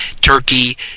turkey